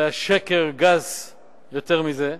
לא היה שקר גס יותר מזה.